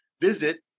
visit